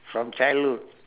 from childhood